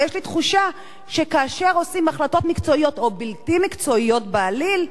ויש לי תחושה שכאשר מקבלים החלטות מקצועיות או בלתי מקצועיות בעליל,